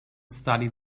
studied